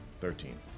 Thirteen